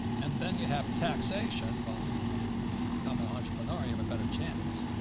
and then you have taxation. well, if you become an entrepreneur, you have a better chance.